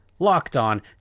LOCKEDON